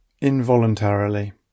involuntarily